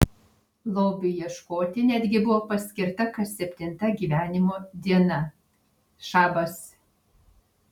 lobiui ieškoti netgi buvo paskirta kas septinta gyvenimo diena šabas